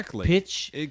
pitch